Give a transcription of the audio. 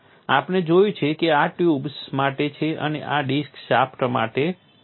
આપણે જોયું છે કે આ ટ્યુબ્સ માટે છે અને આ ડિસ્ક શાફ્ટ્સ વગેરે માટે છે